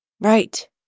Right